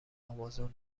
امازون